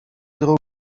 drugą